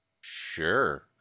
sure